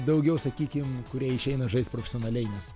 daugiau sakykim kurie išeina žaist profesionaliai nes